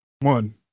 one